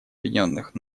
объединенных